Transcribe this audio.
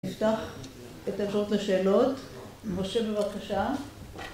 נפתח את האפשרות השאלות, משה בבקשה